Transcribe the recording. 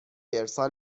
ارسال